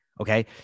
Okay